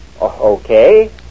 Okay